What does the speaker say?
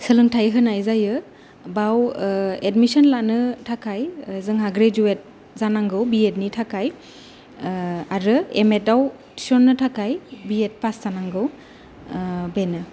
सोलोंथाय होनाय जायो बाव एडमिसन लानो थाखाय जोंहा ग्रेजुयेट जानांगौ बि एड नि थाखाय आरो एम एड आव थिसननो थाखाय बि एड फास जानांगौ बेनो